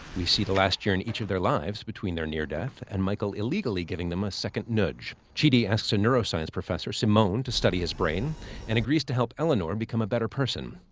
we see the last year in each of their lives between their near-death and michael illegally giving them a second nudge. chidi asks a neuroscience professor, simone, to study his brain and agrees to help eleanor become a better person.